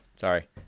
Sorry